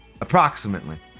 approximately